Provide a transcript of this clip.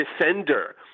defender